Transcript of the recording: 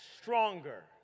stronger